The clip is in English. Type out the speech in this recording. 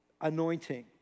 anointing